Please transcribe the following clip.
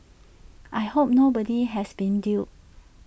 I hope nobody has been duped